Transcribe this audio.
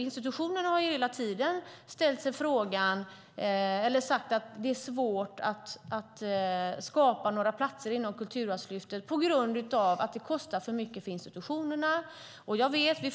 Institutionerna har hela tiden sagt att det är svårt att skapa platser inom Kulturarvslyftet på grund av att det kostar för mycket för institutionerna.